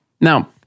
Now